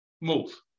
move